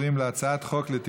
[הצעת חוק פ/5379/20,